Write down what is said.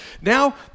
Now